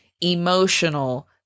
emotional